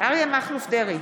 אריה מכלוף דרעי,